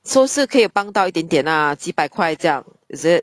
so 是可以帮到一点点啦几百块这样 is it